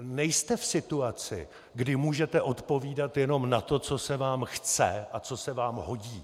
Nejste v situaci, kdy můžete odpovídat jenom na to, co se vám chce a co se vám hodí!